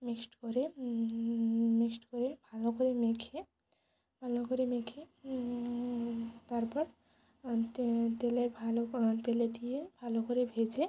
mixed করে mixed করে ভালো করে মেখে ভালো করে মেখে তারপর তেলে ভালো তেলে দিয়ে ভালো করে ভেজে